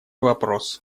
вопрос